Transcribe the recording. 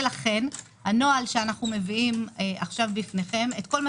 לכן הנוהל שאנחנו מביאים בפניכם אגב כל מה